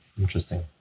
Interesting